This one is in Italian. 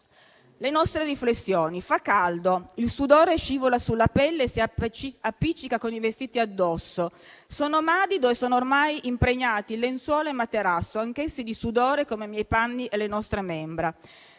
«Le nostre riflessioni. Fa caldo, il sudore scivola sulla pelle e si appiccica con i vestiti addosso, sono madido e si sono ormai impregnati lenzuola e materasso, anch'essi di sudore come i miei panni e le nostre membra.